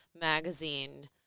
magazine